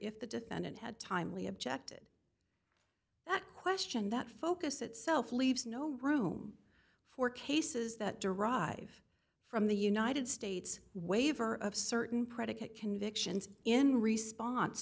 if the defendant had timely objected that question that focus itself leaves no room for cases that derive from the united states waiver of certain predicate convictions in response